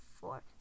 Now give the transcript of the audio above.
four